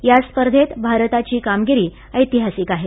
या स्पर्धेत भारताची कामगिरी ऐतिहासिक आहे